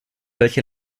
welche